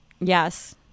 Yes